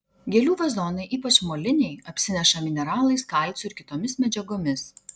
gėlių vazonai ypač moliniai apsineša mineralais kalciu ir kitomis medžiagomis